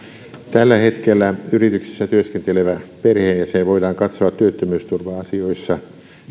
tällä hetkellä yrityksessä työskentelevä perheenjäsen voidaan katsoa työttömyysturva asioissa